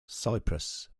cyprus